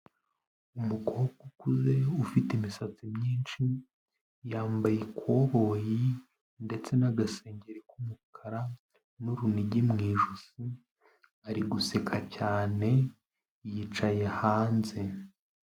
Umukobwa ukuze, ufite imisatsi myinshi, yambaye ikoboyi ndetse n'agasengeri k'umukara n'urunigi mu ijosi, ari guseka cyane, yicaye hanze.